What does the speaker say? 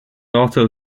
also